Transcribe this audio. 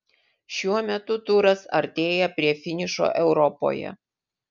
šiuo metu turas artėja prie finišo europoje